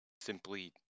simply